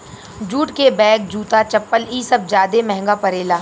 jute के bag, जूता, चप्पल इ सब ज्यादे महंगा परेला